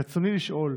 רצוני לשאול: